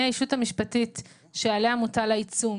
מי הישות המשפטית שעליה מוטל העיצום.